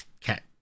cat